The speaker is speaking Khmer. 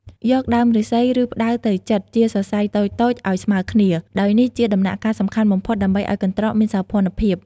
យកដើមឫស្សី ឬផ្តៅទៅចិតជាសរសៃតូចៗឲ្យស្មើគ្នា ដោយនេះជាដំណាក់កាលសំខាន់បំផុតដើម្បីឲ្យកន្ត្រកមានសោភ័ណភាព។